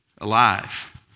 alive